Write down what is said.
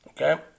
Okay